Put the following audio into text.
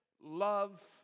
love